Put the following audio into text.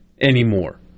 anymore